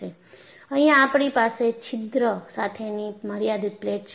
અહીંયા આપણી પાસે છિદ્ર સાથેની મર્યાદિત પ્લેટ છે